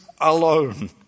alone